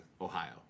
Ohio